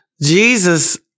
Jesus